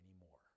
anymore